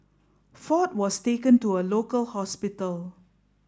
Ford was taken to a local hospital